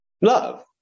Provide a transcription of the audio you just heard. Love